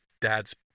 dad's